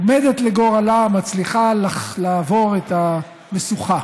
עומדת לגורלה, מצליחה לעבור את המשוכה.